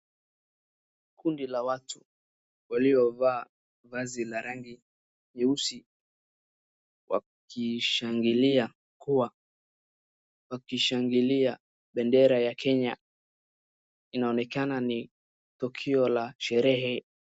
Kundi la watu waliovaa vazi la rangi nyeusi wakishangilia kwa wakishangilia bendera ya Kenya. Inaonekana ni tukio la sherehe.